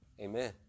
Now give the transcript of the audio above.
Amen